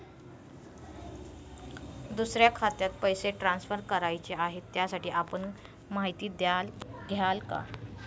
दुसऱ्या खात्यात पैसे ट्रान्सफर करायचे आहेत, त्यासाठी आपण माहिती द्याल का?